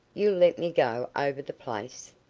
you'll let me go over the place.